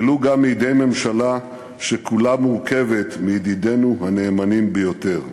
ולו גם מידי ממשלה שכולה מורכבת מידידינו הנאמנים ביותר.